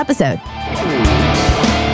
episode